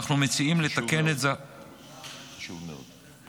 חשוב מאוד.